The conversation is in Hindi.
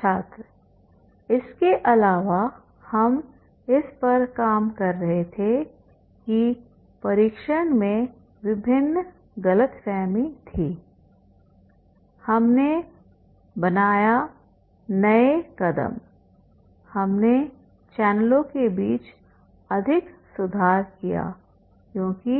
छात्र इसके अलावा हम इस पर काम कर रहे थे कि परीक्षण में विभिन्न गलतफहमी थे हमने बनाया नए कदम हमने चैनलों के बीच अधिक सुधार किया क्योंकि